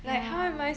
ya